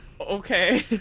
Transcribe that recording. okay